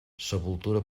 sepultura